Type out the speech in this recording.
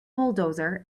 bulldozer